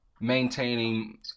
maintaining